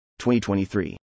2023